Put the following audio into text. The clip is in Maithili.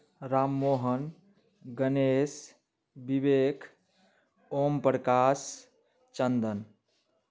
राम मोहन गणेश विवेक ओमप्रकाश चन्दन